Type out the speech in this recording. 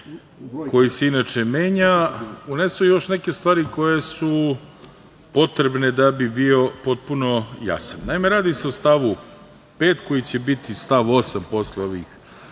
koji se inače menja unesu još neke stvari koje su potrebne da bi bio potpuno jasan. Naime, radi se o stavu 5. koji će biti stav 8. posle ovih